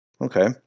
okay